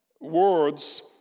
words